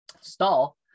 stall